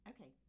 Okay